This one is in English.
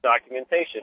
documentation